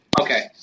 okay